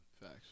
Facts